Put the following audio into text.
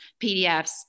PDFs